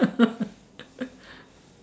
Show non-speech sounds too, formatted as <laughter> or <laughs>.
<laughs>